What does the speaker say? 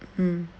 mm